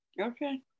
Okay